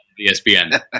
ESPN